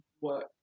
work